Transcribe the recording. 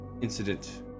incident